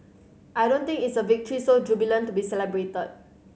I don't think it's a victory so jubilant to be celebrated